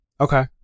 Okay